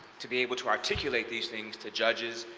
to be able to articulate these things to judges,